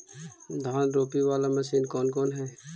धान रोपी बाला मशिन कौन कौन है?